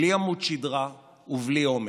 בלי עמוד שדרה ובלי אומץ.